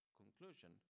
conclusion